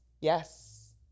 yes